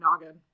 noggin